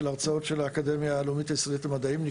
ההרצאות של האקדמיה הלאומית הישראלית למדעים.